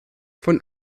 von